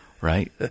right